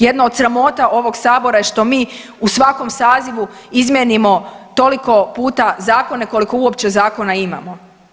Jedna od sramota ovog sabora je što mi u svakom sazivu izmijenimo toliko puta zakone koliko uopće zakona imamo.